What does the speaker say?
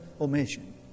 omission